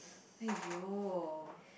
!aiyo!